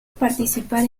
participar